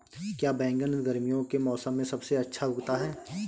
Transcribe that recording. क्या बैगन गर्मियों के मौसम में सबसे अच्छा उगता है?